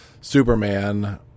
Superman